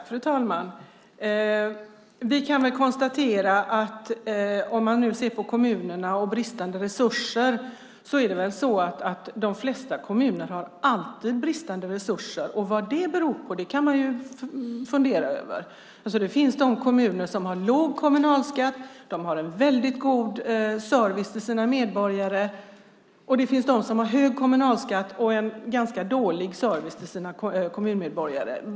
Fru talman! När det gäller kommunerna och bristande resurser är det väl så att de flesta kommuner alltid har bristande resurser. Vad det beror på kan man fundera över. Det finns de kommuner som har låg kommunalskatt och en väldigt god service till sina medborgare, och det finns de som har hög kommunalskatt och en ganska dålig service till sina kommunmedborgare.